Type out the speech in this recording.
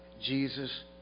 Jesus